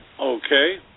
Okay